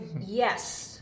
Yes